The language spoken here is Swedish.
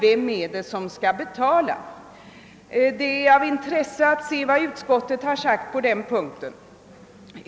betala. Det är av intresse att läsa vad utskottet anför på denna punkt.